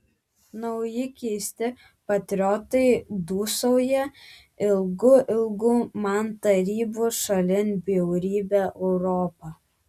nauji keisti patriotai dūsauja ilgu ilgu man tarybų šalin bjaurybę europą